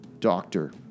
Doctor